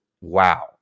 wow